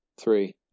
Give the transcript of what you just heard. three